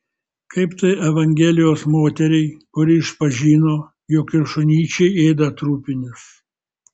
kaip tai evangelijos moteriai kuri išpažino jog ir šunyčiai ėda trupinius